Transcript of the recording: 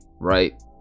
right